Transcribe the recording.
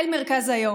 אל מרכז היום.